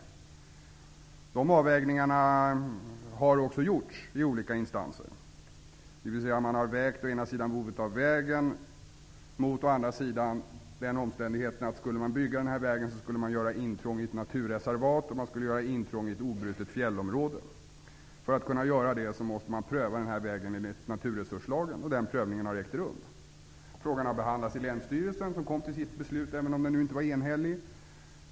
Sådana avvägningar har också vid olika instanser gjorts, dvs. man har å ena sidan vägt behovet av väg mot å andra sidan behovet av skydd av naturreservat. Skulle man bygga denna väg skulle nämligen ett intrång i ett naturreservat, i ett obrutet fjällområde, göras. För att kunna göra det måste en prövning enligt naturresurslagen göras, och en sådan prövning har ägt rum. Frågan har behandlats i länsstyrelsen, som fattat sitt beslut, även om det inte var enhälligt.